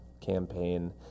campaign